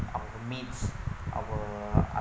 our meats our